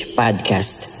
podcast